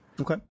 Okay